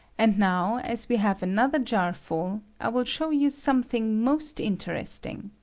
and now, as we have another jar full, i will show you some thing, most interesting.